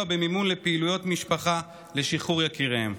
במימון לפעילויות משפחה לשחרור יקיריהם.